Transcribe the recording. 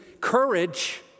courage